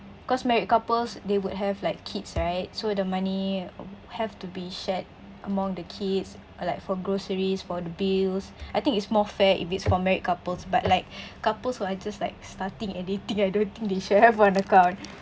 cause married couples they would have like kids right so the money have to be shared among the kids or like for groceries for the bills I think it's more fair if it's for married couples but like couples who are just like starting and dating I don't think they should have one account